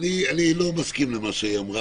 אני לא מסכים למה שהיא אמרה.